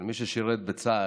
אבל מי ששירת בצה"ל,